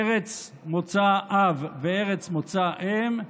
ארץ מוצא האב וארץ מוצא האם,